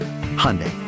Hyundai